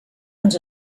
ens